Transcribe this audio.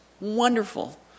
wonderful